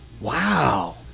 Wow